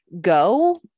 Go